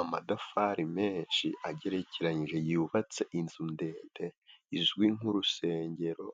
Amatafari menshi agerekeranyije yubatse inzu ndende izwi nk'urusengero,